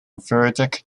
vedic